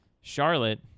Charlotte